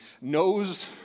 knows